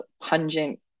pungent